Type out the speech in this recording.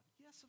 Yes